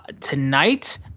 tonight